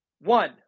One